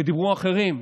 ודיברו אחרים,